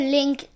Link